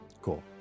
Cool